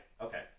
okay